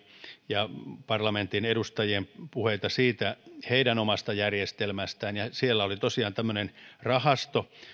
ja parlamentin edustajien puheita heidän omasta järjestelmästään ja siellä oli tosiaan tämmöinen rahasto